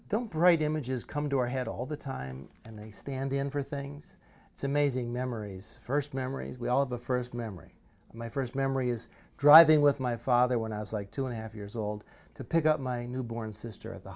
don't write images come to our head all the time and they stand in for things it's amazing memories first memories we all of a first memory my first memory is driving with my father when i was like two and a half years old to pick up my newborn sister at the